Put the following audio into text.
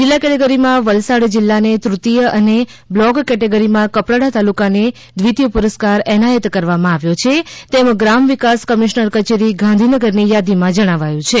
જિલ્લા કેટેગરીમાં વલસાડ જિલ્લાને તૃતીય અને બ્લોક કેટેગરીમાં કપરાડા તાલુકાને દ્વિતીય પુરસ્કાર એનાયત કરવામાં આવ્યો છે તેમ ગ્રામ વિકાસ કમિશનર કચેરી ગાંધીનગરની થાદીમાં જણાવાયુ છે